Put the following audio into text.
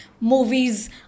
movies